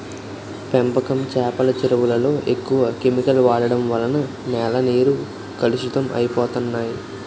పెంపకం చేపల చెరువులలో ఎక్కువ కెమికల్ వాడడం వలన నేల నీరు కలుషితం అయిపోతన్నాయి